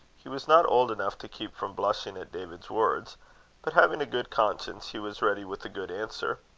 he was not old enough to keep from blushing at david's words but, having a good conscience, he was ready with a good answer.